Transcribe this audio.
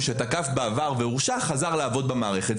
שתקף בעבר והורשע וחזר לעבוד במערכת.